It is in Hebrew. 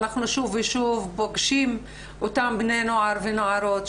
אנחנו שוב ושוב פוגשים באותם בני נוער ונערות,